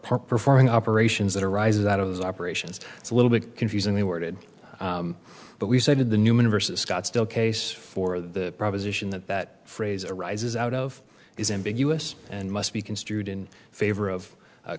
performing operations that arises out of those operations it's a little bit confusing they were did but we said the newman versus scottsdale case for the proposition that that phrase arises out of is ambiguous and must be construed in favor of